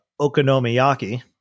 Okonomiyaki